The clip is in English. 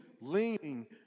leaning